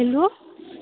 hello